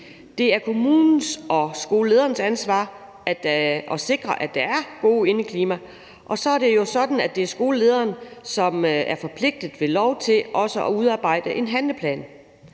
Det er kommunens og skolelederens ansvar at sikre, at der er et godt indeklima, og så er det jo sådan, at det er skolelederen, som ved lov er forpligtet til også at udarbejde en handleplan.